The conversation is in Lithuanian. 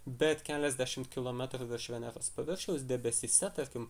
bet keliasdešimt kilometrų virš veneros paviršiaus debesyse tarkim